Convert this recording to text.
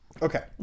Okay